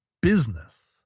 business